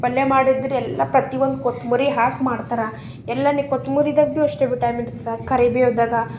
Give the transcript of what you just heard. ಪಲ್ಯ ಮಾಡಿದ್ರೆ ಎಲ್ಲ ಪ್ರತಿ ಒಂದು ಕೊತ್ಮುರಿ ಹಾಕಿ ಮಾಡ್ತಾರೆ ಎಲ್ಲಾನು ಕೊತ್ಮುರಿದಾಗ ಭಿ ಅಷ್ಟೇ ವಿಟಾಮಿನ್ ಇರ್ತದೆ ಕರಿಬೇವ್ದಾಗ